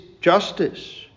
justice